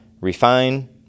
refine